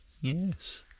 Yes